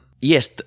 Yes